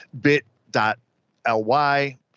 bit.ly